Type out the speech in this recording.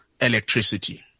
electricity